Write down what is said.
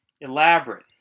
elaborate